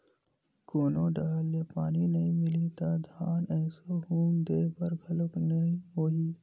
कोनो डहर ले पानी नइ मिलही त धान एसो हुम दे बर घलोक नइ होही